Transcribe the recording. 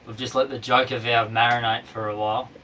just let the joker valve marinate for awhile,